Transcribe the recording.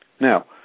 Now